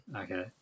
Okay